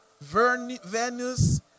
Venus